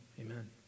Amen